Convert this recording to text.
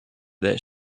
that